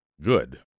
good